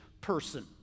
person